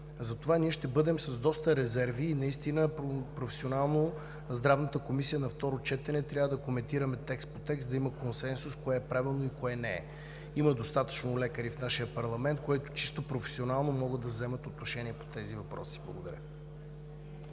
Затова ние ще бъдем с доста резерви. Наистина професионално в Здравната комисия на второ четене трябва да коментираме текст по текст, за да има консенсус кое е правилно и кое не е. Има достатъчно лекари в нашия парламент, които чисто професионално могат да вземат отношение по тези въпроси. Благодаря